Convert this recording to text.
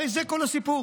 הרי זה כל הסיפור.